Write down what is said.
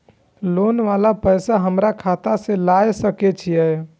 Loan वाला पैसा हमरा खाता से लाय सके छीये?